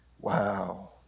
Wow